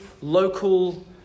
local